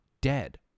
dead